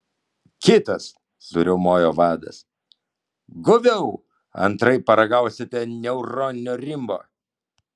kitas suriaumojo vadas guviau antraip paragausite neuroninio rimbo